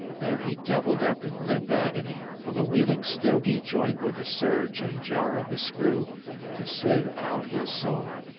there he doubled up in limp agony, for the wheeling stogie joined with the surge and jar of the screw to sieve out his soul.